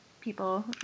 people